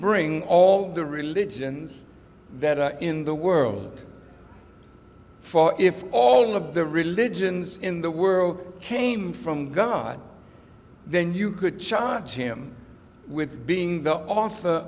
bring all the religions that are in the world for if all of the religions in the world came from god then you could charge him with being the author